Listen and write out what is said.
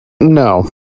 No